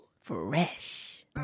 Fresh